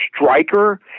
striker